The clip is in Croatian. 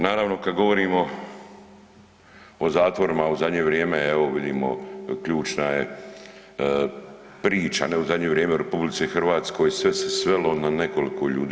Naravno, kad govorimo o zatvorima, u zadnje vrijeme evo, vidimo, ključna je priča, ne u zadnje vrijeme u RH, sve se svelo na nekoliko ljudi.